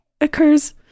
occurs